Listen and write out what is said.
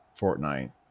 Fortnite